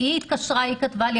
היא כתבה לי,